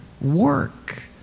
work